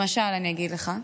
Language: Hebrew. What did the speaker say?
למשל אני אגיד לך: